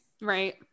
Right